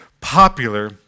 popular